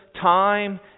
time